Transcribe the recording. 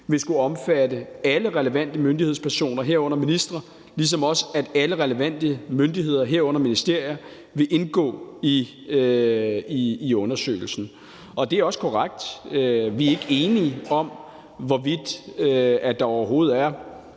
vil skulle omfatte alle relevante myndighedspersoner, herunder ministre, ligesom også alle relevante myndigheder, herunder ministerier, vil indgå i undersøgelsen. Det er også korrekt, at vi ikke er enige om, hvorvidt der overhovedet er